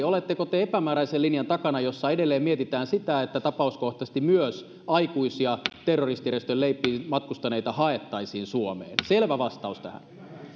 oletteko te epämääräisen linjan takana jossa edelleen mietitään sitä että tapauskohtaisesti myös aikuisia terroristijärjestöjen leipiin matkustaneita haettaisiin suomeen selvä vastaus tähän